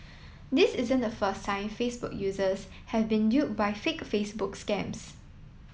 this isn't the first time Facebook users have been duped by fake Facebook scams